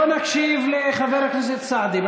בואו נקשיב לחבר הכנסת סעדי.